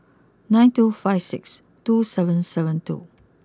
nine two five six two seven seven two